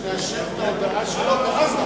נאשר את ההודעה שלו.